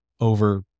over